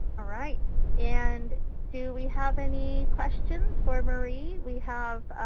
alright. and do we have any questions for marie? we have.